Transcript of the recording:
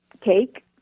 cake